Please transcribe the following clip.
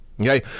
okay